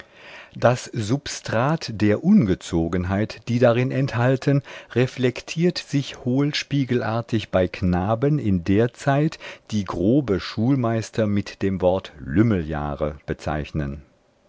das substrat der ungezogenheit die darin enthalten reflektiert sich hohlspiegelartig bei knaben in der zeit die grobe schulmeister mit dem wort lümmeljahre bezeichnen